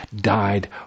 died